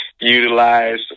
utilize